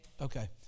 Okay